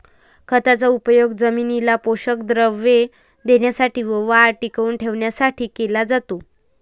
खताचा उपयोग जमिनीला पोषक द्रव्ये देण्यासाठी व वाढ टिकवून ठेवण्यासाठी केला जातो